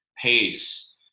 pace